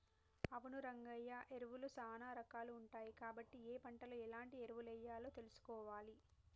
అవును రంగయ్య ఎరువులు సానా రాకాలు ఉంటాయి కాబట్టి ఏ పంటలో ఎలాంటి ఎరువులెయ్యాలో తెలుసుకోవాలి